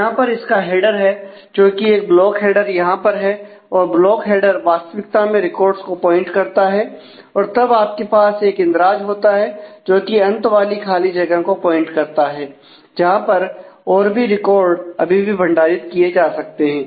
यहां पर इसका हेडर है जो कि एक ब्लॉक हैडर यहां पर है और ब्लॉक हेडर वास्तविकता में रिकॉर्डस को पॉइंट करता है और तब आपके पास एक इंद्राज होता है जोकि अंत वाली खाली जगह को पॉइंट करता है जहां पर और भी रिकॉर्ड अभी भी भंडारित किए जा सकते हैं